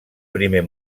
primer